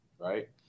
right